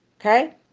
Okay